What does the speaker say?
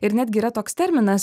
ir netgi yra toks terminas